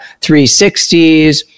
360s